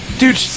Dude